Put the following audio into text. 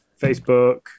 facebook